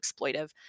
exploitive